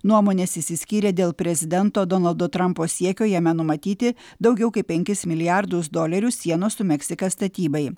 nuomonės išsiskyrė dėl prezidento donaldo trumpo siekio jame numatyti daugiau kaip penkis milijardus dolerių sienos su meksika statybai